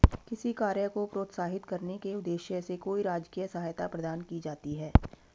किसी कार्य को प्रोत्साहित करने के उद्देश्य से कोई राजकीय सहायता प्रदान की जाती है